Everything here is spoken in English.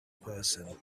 person